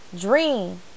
Dream